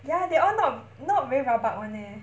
ya they all not not very rabak [one] leh